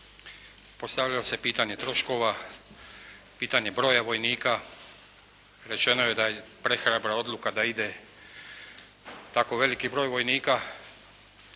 Postavlja se pitanje troškova, pitanje broja vojnika, rečeno je da je prehrabra odluka da ide tako veliki broj vojnika.